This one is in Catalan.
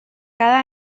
cada